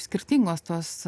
skirtingos tos